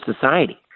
society